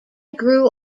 grew